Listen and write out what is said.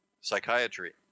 psychiatry